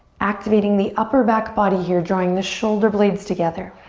activating the upper back body here drawing the shoulder blades together.